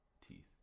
Teeth